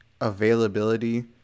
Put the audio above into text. availability